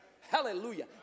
Hallelujah